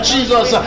Jesus